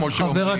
כמו שאומרים,